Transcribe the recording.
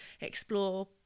explore